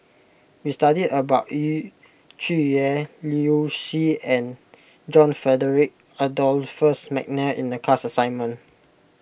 we studied about Yu Zhuye Liu Si and John Frederick Adolphus McNair in the class assignment